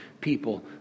people